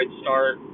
start